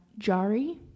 Jari